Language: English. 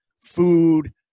food